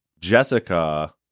Jessica